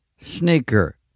sneaker